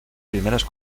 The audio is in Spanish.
primeras